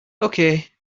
okay